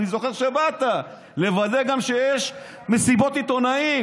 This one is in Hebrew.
אני זוכר שבאת לוודא גם שיש מסיבות עיתונאים,